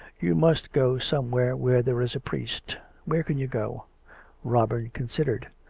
you must go somewhere where there is a priest. where can you go robin considered.